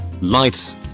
Lights